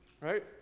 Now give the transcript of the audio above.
Right